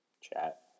chat